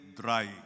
dry